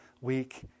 week